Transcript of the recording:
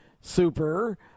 super